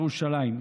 ירושלים.